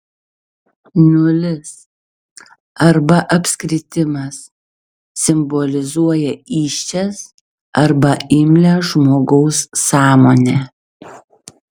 nulis arba apskritimas simbolizuoja įsčias arba imlią žmogaus sąmonę